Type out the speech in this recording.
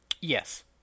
Yes